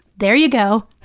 there you go.